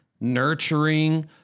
nurturing